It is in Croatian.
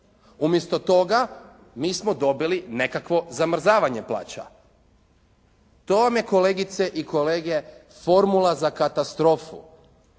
Umjesto toga mi smo dobili nekakvo zamrzavanje plaća. To vam je kolegice i kolege formula za katastrofu.